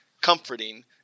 comforting